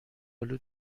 آلو